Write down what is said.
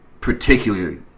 particularly